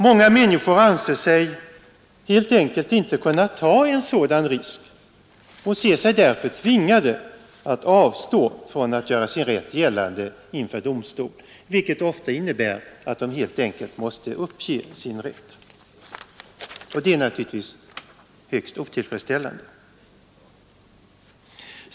Många människor anser sig helt enkelt inte kunna ta en sådan risk och ser sig därför tvingade att avstå från att göra sin rätt gällande inför domstol, vilket ofta innebär att de helt enkelt måste uppge sin rätt. Detta är naturligtvis högst otillfredsställande.